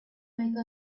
make